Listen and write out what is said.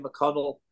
McConnell